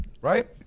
right